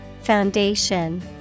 Foundation